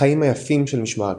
החיים היפים של משמר הכנסת,